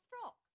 frock